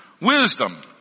wisdom